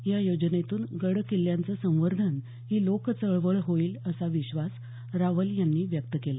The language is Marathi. या योजनेतून गड किल्ल्यांचं संवर्धन ही लोक चळवळ होईल असा विश्वास रावल यांनी यावेळी व्यक्त केला